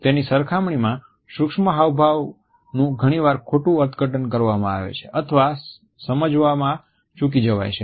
તેની સરખામણીમાં સૂક્ષ્મ હાવભાવનું ઘણીવાર ખોટું અર્થઘટન કરવામાં આવે છે અથવા સમજવામાં ચૂકી જવાય છે